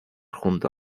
junto